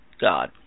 God